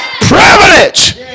privilege